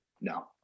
No